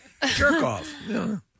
Jerkoff